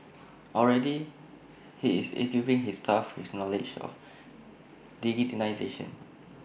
already he is equipping his staff with knowledge of